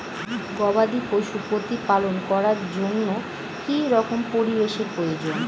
গবাদী পশু প্রতিপালন করার জন্য কি রকম পরিবেশের প্রয়োজন?